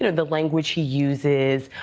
the language he uses,